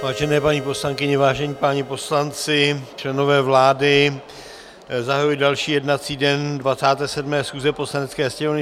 Vážené paní poslankyně, vážení páni poslanci, členové vlády, zahajuji další jednací den 27. schůze Poslanecké sněmovny.